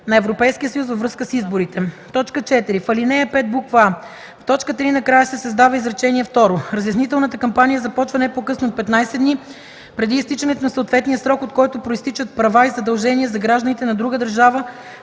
на Европейския съюз, във връзка с изборите.” 4. В ал. 5: а) в т. 3 накрая се създава изречение второ: „Разяснителната кампания започва не по-късно от 15 дни преди изтичането на съответния срок, от който произтичат права и задължения за гражданите на друга държава